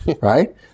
right